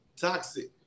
Toxic